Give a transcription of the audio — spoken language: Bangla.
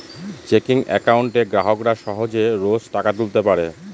চেকিং একাউন্টে গ্রাহকরা সহজে রোজ টাকা তুলতে পারে